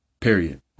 Period